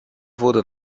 wurde